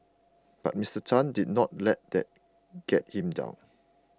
but Mister Tan did not let that get him down